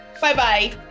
Bye-bye